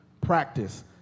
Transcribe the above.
practice